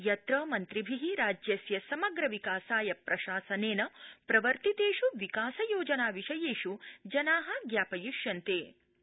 यत्र मन्त्रिभि राज्यस्य समग्र विकासाय प्रशासनेन प्रवर्तितेष् विकास योजना विषयेष् जना ज्ञापथिष्यन्ते